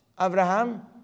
Abraham